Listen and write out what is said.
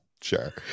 sure